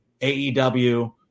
AEW